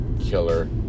killer